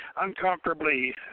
uncomfortably